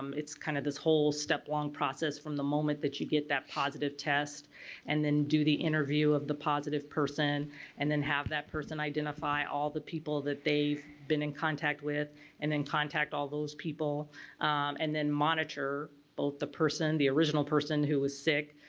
um it's kind of this whole step long process from the moment that you get that positive test and then do the interview of the positive person and then have that person identify all the people that they've been in contact with and then contact all those people and then monitor both the person, the original person who was sick,